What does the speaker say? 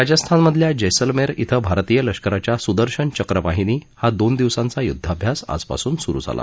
राजस्थानमधल्या जैसलमेर क्वे भारतीय लष्कराच्या सुदर्शन चक्रवाहिनी हा दोन दिवसाचा युध्दाभ्यास आजपासून सुरु झाला